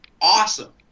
awesome